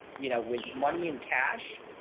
you know, with money and cash,